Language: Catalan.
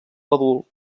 adult